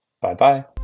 Bye-bye